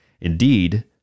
Indeed